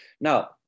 Now